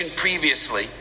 previously